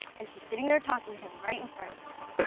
and she's sitting there talking to him right in front of us.